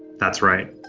that's right.